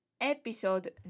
episode